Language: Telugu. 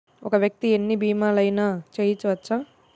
ఒక్క వ్యక్తి ఎన్ని భీమలయినా చేయవచ్చా?